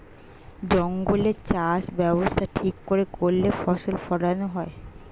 জঙ্গলে চাষ ব্যবস্থা ঠিক করে করলে ফসল ফোলানো হয়